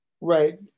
Right